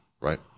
right